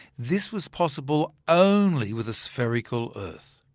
this was possible only with a spherical earth.